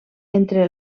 entre